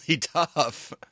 tough